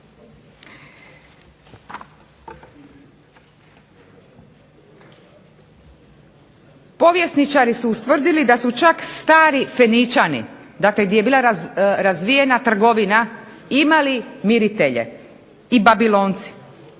Povjesničari su ustvrdili da su čak stari Feničani, dakle gdje je bila razvijena trgovina imali miritelje, i Babilonci.